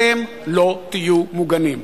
אתם לא תהיו מוגנים.